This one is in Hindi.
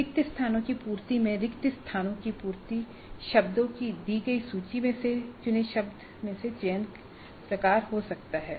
रिक्त स्थानों की पूर्ति में भी रिक्त स्थानों की पूर्ति शब्दों की दी गई सूची में से चुने गए शब्द से चयन प्रकार हो सकता है